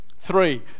three